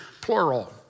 plural